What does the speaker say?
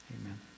Amen